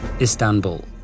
Istanbul